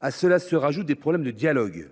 À cela se rajoutent des problèmes de dialogue.